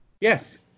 Yes